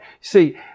See